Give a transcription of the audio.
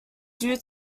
due